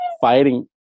fighting